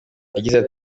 ishyamba